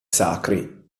sacri